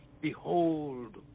behold